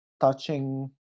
touching